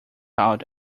out